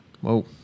Whoa